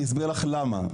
אני אסביר לך למה,